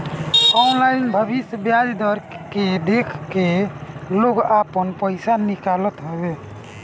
online बियाज दर के देख के लोग आपन पईसा निकालत हवे